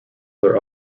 their